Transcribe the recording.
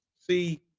see